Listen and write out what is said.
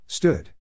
Stood